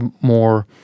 more